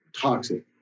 toxic